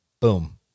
boom